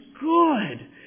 good